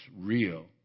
real